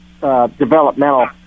developmental